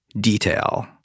detail